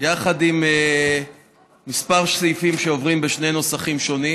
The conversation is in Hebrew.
יחד עם כמה סעיפים שעוברים בשני נוסחים שונים.